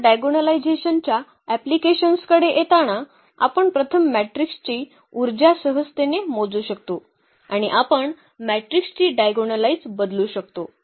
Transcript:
आता डायगोनलायझेशनच्या अँप्लिकेशन्सकडे येताना आपण प्रथम मॅट्रिक्सची उर्जा सहजतेने मोजू शकतो आणि आपण मॅट्रिक्सची डायगोनलायइझ बदलू शकतो